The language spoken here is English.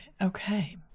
Okay